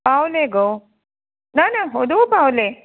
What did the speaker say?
पावलें गो ना ना व्हडोळ पावलें